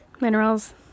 minerals